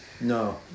No